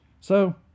So